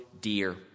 dear